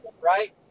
right